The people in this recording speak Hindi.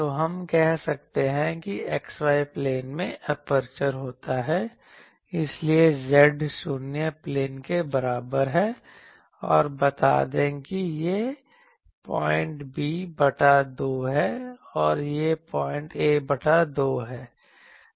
तो हम कहते हैं कि x y प्लेन में एपर्चर होता है इसलिए z 0 प्लेन के बराबर है और बता दें कि यह पॉइंट b बटा 2 है और यह पॉइंट a बटा 2 है